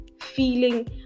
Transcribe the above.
feeling